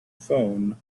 phone